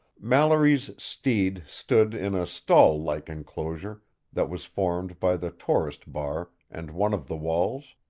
mallory's steed stood in a stall-like enclosure that was formed by the tourist-bar and one of the walls,